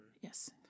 Yes